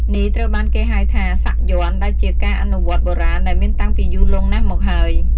នេះត្រូវបានគេហៅថា សាក់យ័ន្ត ដែលជាការអនុវត្តបុរាណដែលមានតាំងពីយូរលង់ណាស់មកហើយ។